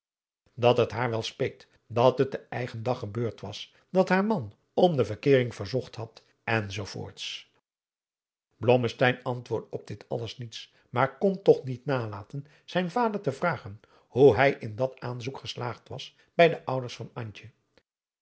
dat het haar wel speet dat het de eigen dag gebeurd was dat haar man om de verkeering verzocht had enz blommesteyn antwoordde op dit alles niets maar kon toch niet nalaten zijn vaadriaan loosjes pzn het leven van johannes wouter blommesteyn der te vragen hoe hij in dat aanzoek geslaagd was bij de ouders van